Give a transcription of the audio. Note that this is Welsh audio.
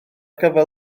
gyfer